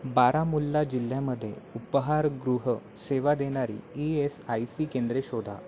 बारामुल्ला जिल्ह्यामध्ये उपहारगृह सेवा देणारी ई एस आय सी केंद्रे शोधा